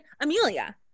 Amelia